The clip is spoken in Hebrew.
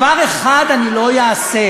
דבר אחד אני לא אעשה,